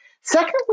Secondly